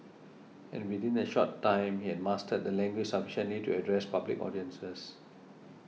and within a short time he had mastered the language sufficiently to address public audiences